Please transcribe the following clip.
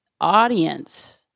audience